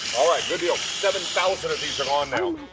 good deal. seven thousand of these are gone now.